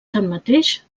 tanmateix